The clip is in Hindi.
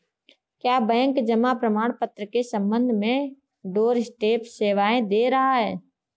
क्या बैंक जमा प्रमाण पत्र के संबंध में डोरस्टेप सेवाएं दे रहा है?